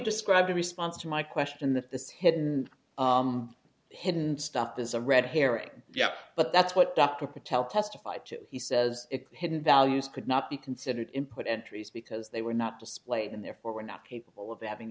described a response to my question that this hidden hidden stuff is a red herring yeah but that's what dr patel testified to he says hidden values could not be considered input entries because they were not displayed and therefore were not capable of having